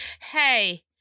hey